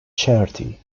charity